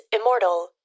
immortal